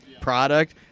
product